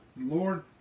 Lord